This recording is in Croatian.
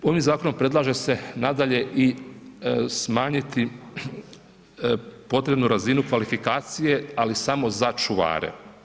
Ovim zakonom predlaže se nadalje i smanjiti potrebnu razinu kvalifikacije, ali samo za čuvare.